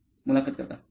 मुलाखत कर्ताः ठीक आहे